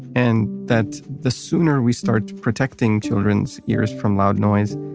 and that the sooner we start protecting children's ears from loud noise,